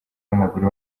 w’amaguru